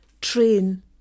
train